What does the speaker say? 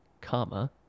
Comma